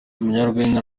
umunyarwenya